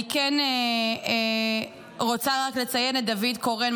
אני כן רוצה רק לציין את דוד קורן,